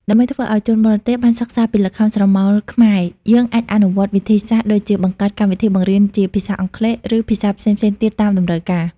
ដើម្បីធ្វើឲ្យ ជនបរទេសបានសិក្សាពីល្ខោនស្រមោលខ្មែរ យើងអាចអនុវត្តវិធីសាស្រ្តដូចជាបង្កើតកម្មវិធីបង្រៀនជាភាសាអង់គ្លេស ឬភាសាផ្សេងៗទៀតតាមតម្រូវការ